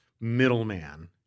middleman